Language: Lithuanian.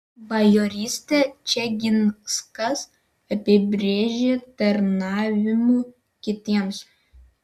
bajorystę čeginskas apibrėžė tarnavimu kitiems